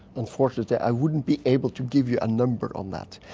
unfortunately i wouldn't be able to give you a number on that,